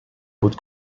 boot